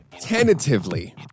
Tentatively